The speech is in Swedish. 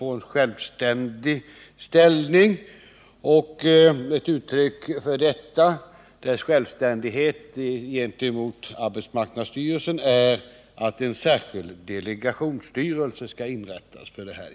få en självständig ställning, och ett uttryck för dess självständighet gentemot arbetsmarknadsstyrelsen är att en särskild delegationsstyrelse skall inrättas för institutet.